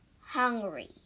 hungry